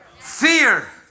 Fear